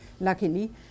luckily